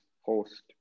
host